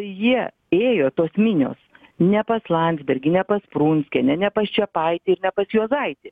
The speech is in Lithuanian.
jie ėjo tos minios ne pas landsbergį ne pas prunckienę ne pas čepaitį ir ne pas juozaitį